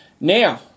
Now